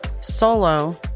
solo